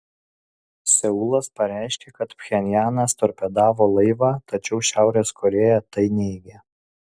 seulas pareiškė kad pchenjanas torpedavo laivą tačiau šiaurės korėja tai neigia